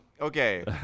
okay